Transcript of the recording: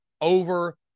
over